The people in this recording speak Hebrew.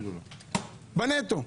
בנטו.